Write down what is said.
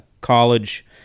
college